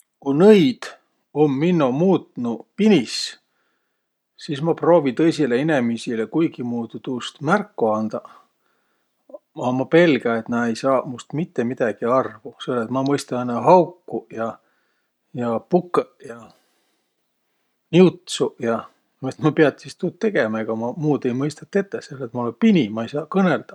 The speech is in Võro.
Ku nõid um minno muutnuq pinis, sis ma proovi tõisilõ inemiisile märko andaq. A ma pelgä, et nä ei saaq must mitte midägi arvo, selle et ma mõista õnnõ haukuq ja pukõq ja niutsuq ja. Vet ma piät sis tuud tegemä, egaq ma muud ei mõistaq tetäq, sell et ma olõ pini, ma ei saaq kõnõldaq.